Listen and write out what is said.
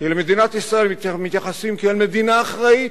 כי למדינת ישראל מתייחסים כאל מדינה אחראית,